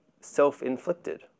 self-inflicted